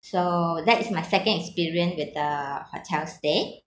so that is my second experience with the hotel stay